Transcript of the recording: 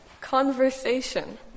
conversation